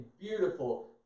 beautiful